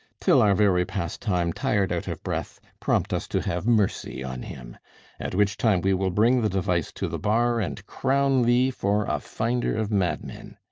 till our very pastime, tired out of breath, prompt us to have mercy on him at which time we will bring the device to the bar, and crown thee for a finder of madmen.